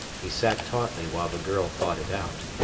he sat tautly while the girl thought it out.